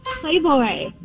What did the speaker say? Playboy